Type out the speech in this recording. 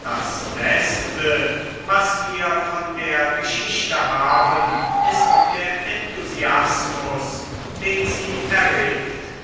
das beste was wir von der geschichte haben ist der enthusiasmus den sie erregt